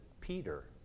Peter